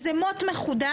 איזה מוט מחודד,